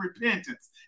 repentance